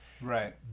right